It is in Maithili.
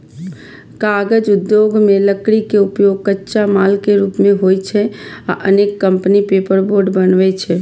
कागज उद्योग मे लकड़ी के उपयोग कच्चा माल के रूप मे होइ छै आ अनेक कंपनी पेपरबोर्ड बनबै छै